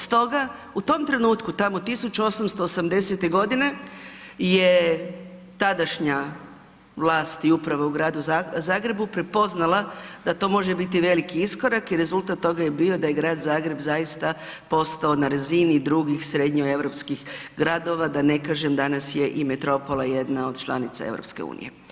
Stoga u tom trenutku tamo 1880. godine je tadašnja vlast i uprava u Gradu Zagrebu prepoznala da to može biti veliki iskorak i rezultat toga je bio da je Grad Zagreb zaista postao na razini drugih srednjoeuropskih gradova da ne kažem danas je i metropola i jedna od članica EU.